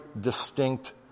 distinct